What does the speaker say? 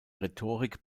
rhetorik